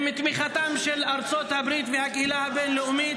עם תמיכתן של ארצות הברית והקהילה הבין-לאומית